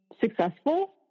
successful